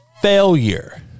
Failure